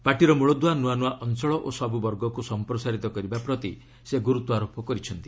ପାର୍ଟିର ମୂଳଦୁଆ ନୂଆ ଅଞ୍ଚଳ ଓ ସବୁ ବର୍ଗକୁ ସଂପ୍ରସାରିତ କରିବା ପ୍ରତି ସେ ଗୁରୁତ୍ୱାରୋପ କରିଛନ୍ତି